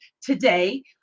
today